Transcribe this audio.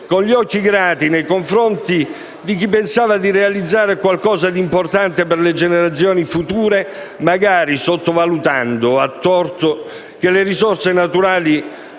con gli occhi grati nei confronti di chi pensava di realizzare qualcosa di importante per le generazioni future, magari sottovalutando, a torto, che le risorse naturali